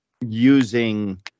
using